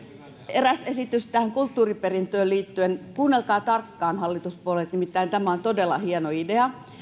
eräs esitys tähän kulttuuriperintöön liittyen kuunnelkaa tarkkaan hallituspuolueet nimittäin tämä on todella hieno idea